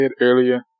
earlier